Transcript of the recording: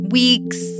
weeks